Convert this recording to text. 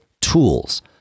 tools